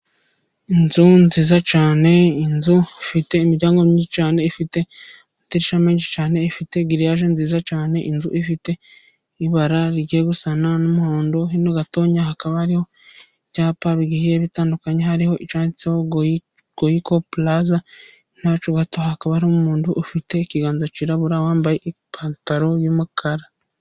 Inzu nziza cyane, inzu ifite imiryango myinshi cyane ifite amadirishya menshi cyane ifite giriyaje nziza cyane. inzu ifite ibara rigiye gusa n'umuhondo. Hino gatoya hakaba hariho ibyapa bigiye bitandukanye, hariho icyanditseho Goyiko Puraza, hino yacyo gato hakabamo umuntu ufite ikiganza cyirabura, wambaye ipantaro y'umukara.